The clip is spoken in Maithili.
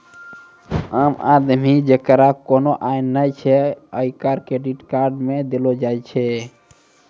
आम आदमी जेकरा कोनो आय नै छै ओकरा क्रेडिट कार्ड नै देलो जाय छै